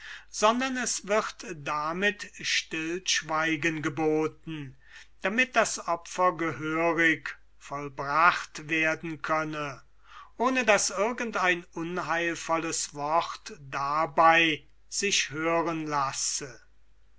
sondern es wird damit stillschweigen geboten damit das opfer gehörig vollbracht werden könne ohne daß irgend ein unheilvolles wort dabei sich hören lasse